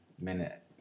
minute